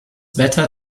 better